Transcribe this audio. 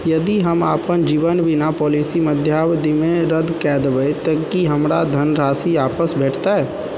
यदि हम अपन जीवन बीमा पॉलिसी मध्यावधिमे रद्द कऽ देब तऽ की हमरा धनराशि आपस भेटतै